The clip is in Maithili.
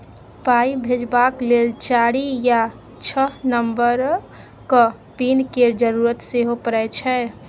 पाइ भेजबाक लेल चारि या छअ नंबरक पिन केर जरुरत सेहो परय छै